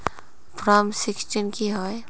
Form sixteen की होय?